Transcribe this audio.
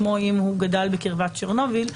כמו אם הוא גדל בקרבת צ'רנוביל,